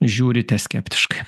žiūrite skeptiškai